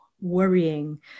worrying